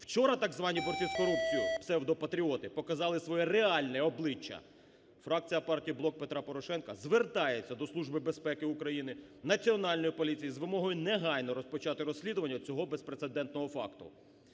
Вчора так звані борці з корупцією, псевдопатріоти показали своє реальне обличчя. Фракція партії "Блок Петра Порошенка" звертається до Служби безпеки України, Національної поліції з вимогою негайно розпочати розслідування от цього безпрецедентного факту.